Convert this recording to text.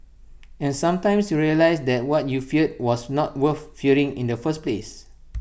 and sometimes you realise that what you feared was not worth fearing in the first place